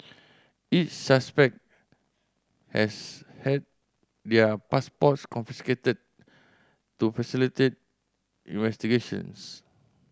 each suspect has had their passports confiscated to facilitate investigations